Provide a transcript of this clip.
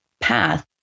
path